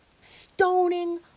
Stoning